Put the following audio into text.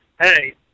hey